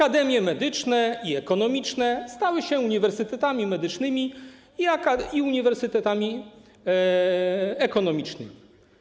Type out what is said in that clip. Akademie medyczne i ekonomiczne stały się uniwersytetami medycznymi i uniwersytetami ekonomicznymi.